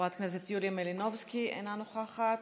חברת הכנסת יוליה מלינובסקי אינה נוכחת,